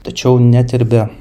tačiau net ir be